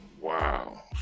Wow